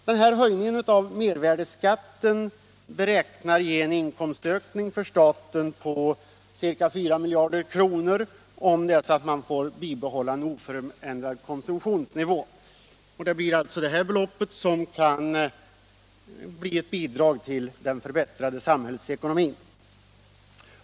Den nu aktuella höjningen av mervärdeskatten beräknas ge staten en inkomstökning på ca 4 miljarder kronor, om man kan bibehålla en oförändrad konsumtionsnivå. Det är alltså det beloppet som kan bli ett bidrag till den förbättrade samhällsekonomin.